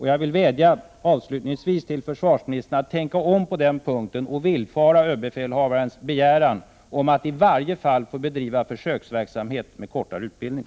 Jag vill avslutningsvis vädja till försvarsministern att tänka om på den punkten och villfara överbefälhavarens begäran om att i varje fall få bedriva försöksverksamhet med kortare utbildning.